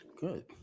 Good